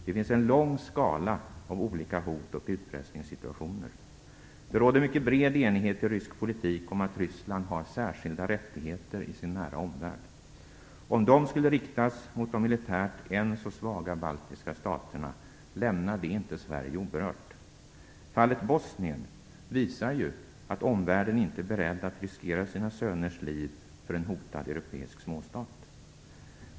Det finns en lång skala av olika hot och utpressningssituationer. Det råder mycket bred enighet i rysk politik om att Ryssland har särskilda rättigheter i sin "nära omvärld". Om de skulle riktas mot de militärt än så svaga baltiska staterna lämnar det inte Sverige oberört. Fallet Bosnien visar ju att omvärlden inte är beredd att riskera sina söners liv för en hotad europeisk småstat.